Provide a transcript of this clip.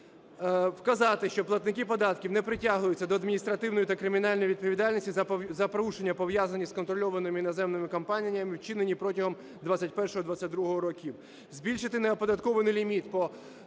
Вказати, що платники податків не притягуються до адміністративної та кримінальної відповідальності за порушення, пов'язані з контрольованими іноземними компаніями, вчинені протягом 21-22-го років.